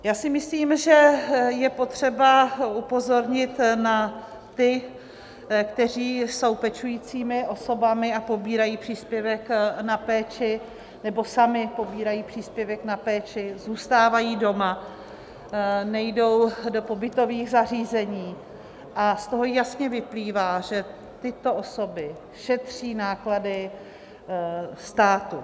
Já si myslím, že je potřeba upozornit na ty, kteří jsou pečujícími osobami a pobírají příspěvek na péči, nebo sami pobírají příspěvek na péči, zůstávají doma, nejdou do pobytových zařízení, a z toho jasně vyplývá, že tyto osoby šetří náklady státu.